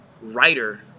writer